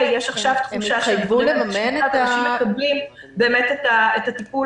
יש עכשיו תחושה שאנשים מקבלים את הטיפול